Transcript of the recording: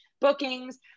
bookings